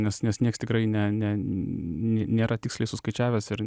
nes nes nieks tikrai ne ne ne nėra tiksliai suskaičiavęs ir